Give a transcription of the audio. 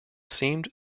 seemed